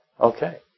Okay